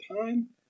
time